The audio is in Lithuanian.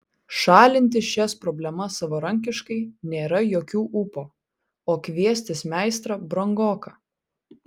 šalinti šias problemas savarankiškai nėra jokių ūpo o kviestis meistrą brangoka